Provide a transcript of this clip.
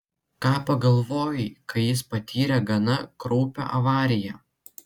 ką pagalvojai kai jis patyrė gana kraupią avariją